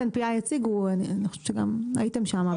SNPI הציגו, אני חושבת שגם הייתם שם.